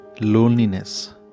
loneliness